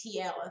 TL